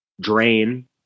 Drain